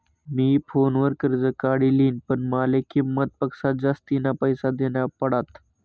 मी फोनवर कर्ज काढी लिन्ह, पण माले किंमत पक्सा जास्तीना पैसा देना पडात